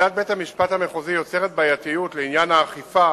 עמדת בית-המשפט המחוזי יוצרת בעייתיות לעניין האכיפה